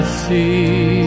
see